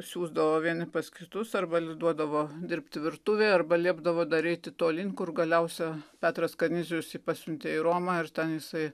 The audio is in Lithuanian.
siųsdavo vieni pas kitus arba duodavo dirbti virtuvėj arba liepdavo dar eiti tolyn kur galiausia petras kanizijus jį pasiuntė į romą ir ten jisai